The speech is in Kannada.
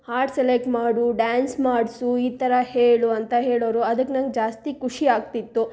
ಹಾಡು ಸೆಲೆಕ್ಟ್ ಮಾಡು ಡ್ಯಾನ್ಸ್ ಮಾಡಿಸು ಈ ಥರ ಹೇಳು ಅಂತ ಹೇಳೋವ್ರು ಅದಕ್ಕೆ ನಂಗೆ ಜಾಸ್ತಿ ಖುಷಿ ಆಗ್ತಿತ್ತು